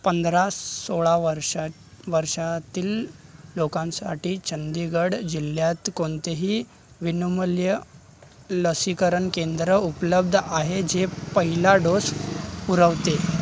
पंधरा सोळा वर्षा वर्षातील लोकांसाठी चंदीगढ जिल्ह्यात कोणतेही विनामूल्य लसीकरण केंद्र उपलब्ध आहे जे पहिला डोस पुरवते